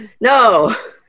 no